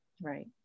Right